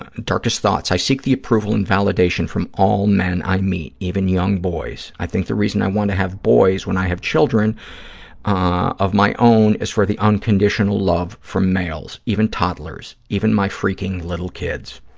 ah darkest thoughts. i seek the approval and validation from all men i meet, even young boys. i think the reason i want to have boys when i have children of my own is for the unconditional love from males, even toddlers, even my freaking little kids.